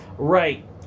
Right